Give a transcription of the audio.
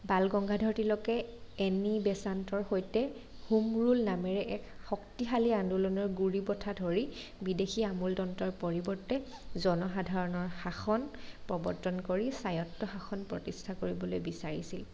বাল গংগাধৰ তিলকে এনি বেচাণ্টৰ সৈতে হোম ৰুল নামৰে এক শক্তিশালী আন্দোলনৰ গুৰি বঠা ধৰি বিদেশী আমোলতন্ত্ৰৰ পৰিৱৰ্তে জনসাধাৰণৰ শাসন প্ৰৱৰ্তন কৰি স্বায়ত্বশাসন প্ৰতিষ্ঠা কৰিবলৈ বিচাৰিছিল